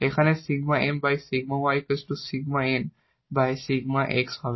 এখানে হবে